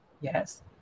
yes